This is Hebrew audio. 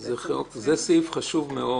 זה סעיף חשוב מאוד.